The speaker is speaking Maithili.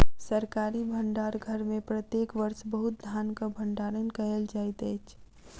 सरकारी भण्डार घर में प्रत्येक वर्ष बहुत धानक भण्डारण कयल जाइत अछि